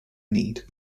need